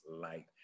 light